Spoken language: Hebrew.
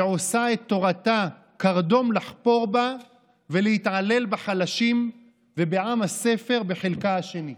ועושה את תורתה קרדום לחפור בה ולהתעלל בחלשים ובעם הספר בחלקה השני.